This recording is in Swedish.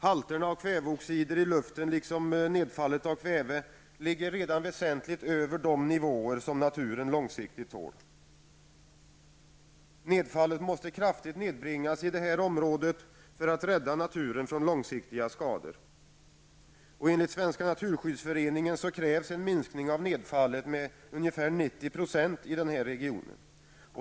Halterna av kväveoxider liksom nedfallet av kväve ligger redan väsentligt över de nivåer som naturen långsiktigt tål. Nedfallet måste kraftigt nedbringas i området för att rädda naturen från långsiktiga skador. Enligt Svenska naturskyddsföreningen krävs en minskning av nedfallet med 90 % i denna region.